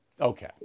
Okay